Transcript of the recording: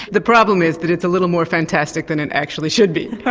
the problem is that it's a little more fantastic than it actually should be.